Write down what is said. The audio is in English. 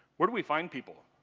where do we find people?